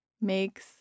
makes